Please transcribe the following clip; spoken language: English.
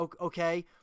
okay